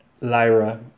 Lyra